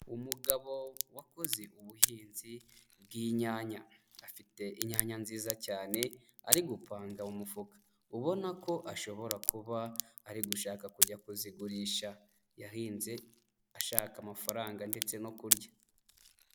Umugabo wakoze ubuhinzi bw'inyanya, afite inyanya nziza cyane, ari gupanga mu mufuka, ubona ko ashobora kuba ari gushaka kujya kuzigurisha, yahinze ashaka amafaranga ndetse no kurya.